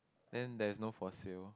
then there is no for sale